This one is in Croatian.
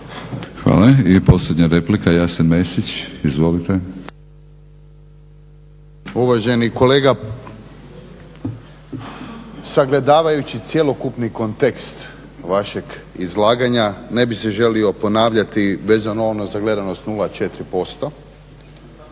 Hvala i posljednja replika, Jasen Mesić. Izvolite. **Mesić, Jasen (HDZ)** Uvaženi kolega, sagledavajući cjelokupni kontekst vašeg izlaganja ne bih se želio ponavljati vezano ono za gledanost 0,4%.